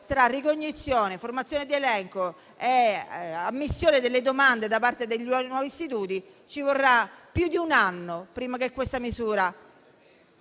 tra ricognizione, formazione di elenco e ammissione delle domande da parte dei nuovi istituti, ci vorrà più di un anno prima che tale misura